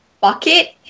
bucket